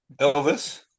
Elvis